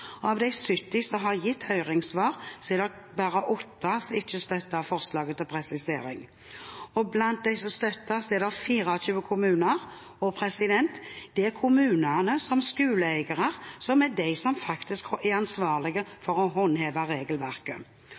Av de 70 som har gitt høringssvar, er det bare åtte som ikke støtter forslaget til presisering. Blant dem som støtter, er det 24 kommuner, og det er kommunene som skoleeiere som er de som faktisk er ansvarlige for å håndheve regelverket.